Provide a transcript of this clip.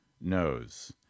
knows